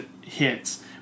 hits